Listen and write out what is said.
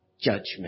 judgment